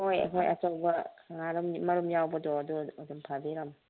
ꯍꯣꯏ ꯍꯣꯏ ꯑꯆꯧꯕ ꯃꯔꯨꯝ ꯌꯥꯎꯕꯗꯣ ꯑꯗꯣ ꯑꯗꯨꯝ ꯐꯥꯕꯤꯔꯝꯃꯣ